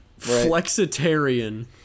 Flexitarian